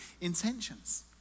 intentions